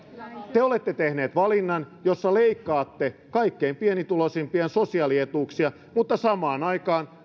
te olette tehneet valinnan jossa leikkaatte kaikkein pienituloisimpien sosiaalietuuksia mutta samaan aikaan